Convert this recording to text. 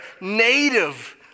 native